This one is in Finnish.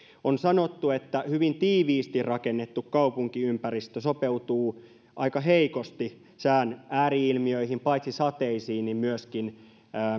on sanottu että hyvin tiiviisti rakennettu kaupunkiympäristö sopeutuu aika heikosti sään ääri ilmiöihin paitsi sateisiin myöskin